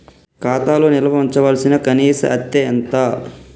ఖాతా లో నిల్వుంచవలసిన కనీస అత్తే ఎంత?